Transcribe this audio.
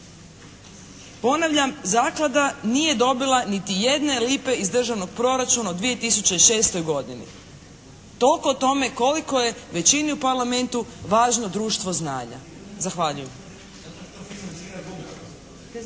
Ponavljam zaklada nije dobila niti jedne lipe iz državnog proračuna u 2006. godini. Toliko o tome koliko je većini u Parlamentu važno društvo znanja. Zahvaljujem.